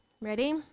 ready